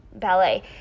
ballet